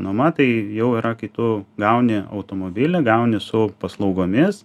nuoma tai jau yra kai tu gauni automobilį gauni su paslaugomis